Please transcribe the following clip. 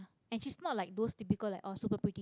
and she's not like those typical like oh super pretty